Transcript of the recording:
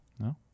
No